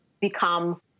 become